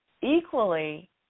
equally